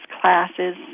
classes